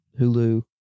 Hulu